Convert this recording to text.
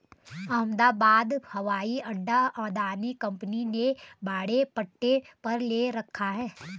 अहमदाबाद हवाई अड्डा अदानी कंपनी ने भाड़े पट्टे पर ले रखा है